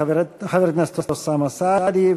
חבר הכנסת אוסאמה סעדי,